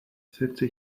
setzte